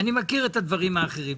אני מכיר את הדברים האחרים.